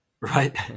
right